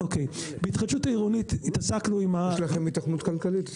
בהתחדשות העירונית התעסקנו עם ה- -- יש לכם היתכנות כלכלית?